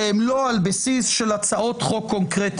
שהם לא על בסיס של הצעות חוק קונקרטיות.